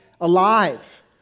alive